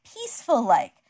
peaceful-like